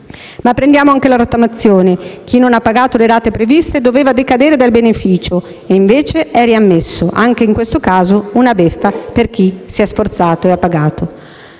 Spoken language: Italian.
Prendiamo anche la rottamazione: chi non ha pagato le rate previste doveva decadere dal beneficio e invece è riammesso. Anche in questo caso una beffa per chi si è sforzato e ha pagato.